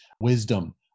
wisdom